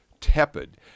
tepid